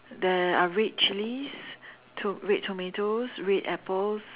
there are red chilies to~ red tomatoes red apples